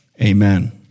amen